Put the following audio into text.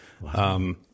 Wow